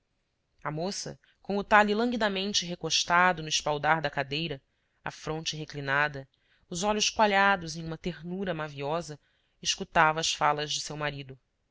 a moça com o talhe languidamente recostado no espaldar da cadeira a fronte reclinada os olhos coalhados em uma ternura maviosa escutava as falas de seu marido